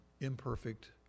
imperfect